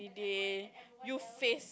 day you face